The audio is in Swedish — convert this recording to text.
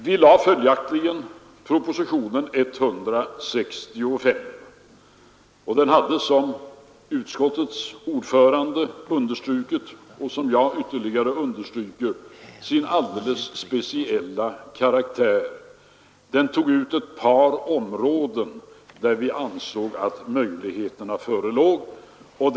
Vi lade följaktligen fram propositionen 165. Den hade, som utskottets ordförande understrukit och som jag ytterligare understryker, sin alldeles speciella karaktär. Den tog ut ett par områden där vi ansåg att möjligheterna till expansion förelåg.